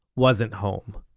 wasn't home.